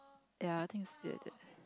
ya I think that's